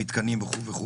המתקנים וכולי,